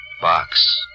box